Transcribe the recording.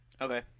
Okay